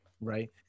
Right